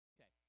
Okay